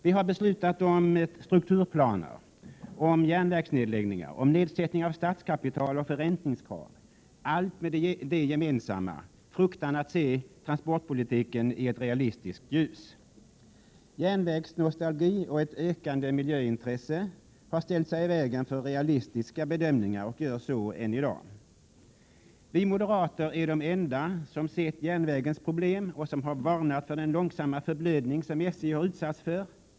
Vi har beslutat om strukturplaner, järnvägsnedläggningar, nedsättning av startkapital och förräntningskrav — allt med ett gemensamt: fruktan att se transportpolitiken i ett realistiskt ljus. Järnvägsnostalgi och ett ökande miljöintresse har ställt sig i vägen för realistiska bedömningar och gör så än i dag. Vi moderater är de enda som sett järnvägens problem och som har varnat för den långsamma förblödning som SJ har utsatts för.